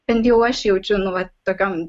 bent jau aš jaučiu nu vat tokiom